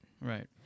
Right